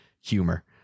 humor